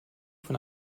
von